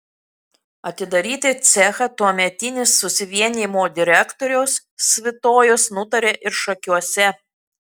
atidaryti cechą tuometinis susivienijimo direktorius svitojus nutarė ir šakiuose